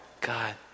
God